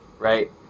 right